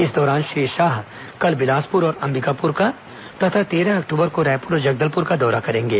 इस दौरान श्री शाह कल बिलासपुर और अंबिकापुर का तथा तेरह अक्टूबर को रायपुर और जगदलपुर का दौरा करेंगे